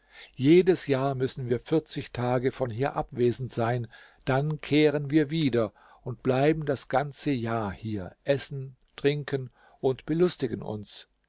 jedes jahr müssen wir vierzig tage von hier abwesend sein dann kehren wir wieder und bleiben das ganze jahr hier essen trinken und belustigen uns